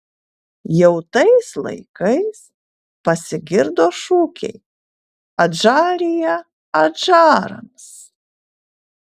jau tais laikais pasigirdo šūkiai adžarija adžarams